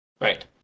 right